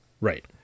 Right